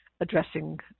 addressing